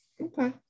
Okay